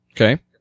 Okay